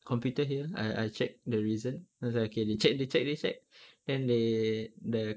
computer here I I check the reason then I was okay they check they check they check then they the